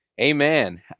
Amen